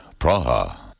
Praha